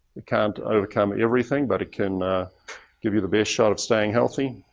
it can't overcome everything, but it can give you the best shot of staying healthy.